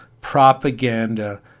propaganda